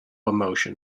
emotion